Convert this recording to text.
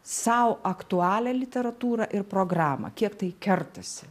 sau aktualią literatūrą ir programą kiek tai kertasi